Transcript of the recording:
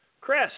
Chris